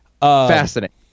Fascinating